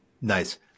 Nice